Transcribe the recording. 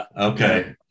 Okay